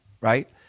right